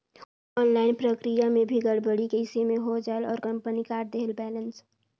Online प्रक्रिया मे भी गड़बड़ी कइसे मे हो जायेल और कंपनी काट देहेल बैलेंस?